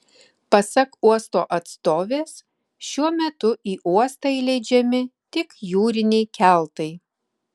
pasak uosto atstovės šiuo metu į uostą įleidžiami tik jūriniai keltai